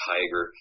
Tiger